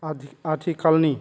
आदि आथिखालनि